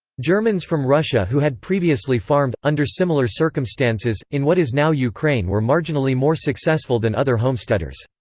germans from russia who had previously farmed, under similar circumstances, in what is now ukraine were marginally more successful than other homesteaders.